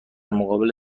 مقابل